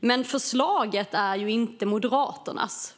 Men förslaget är inte Moderaternas.